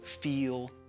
feel